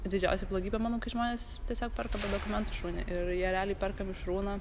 didžiausia blogybė manau kai žmonės tiesiog perka be dokumentų šunį ir jie realiai perka mišrūną